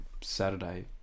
Saturday